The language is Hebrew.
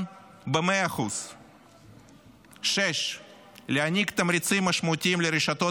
ב-100%; 6. להעניק תמריצים משמעותיים לרשתות